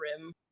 rim